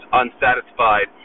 unsatisfied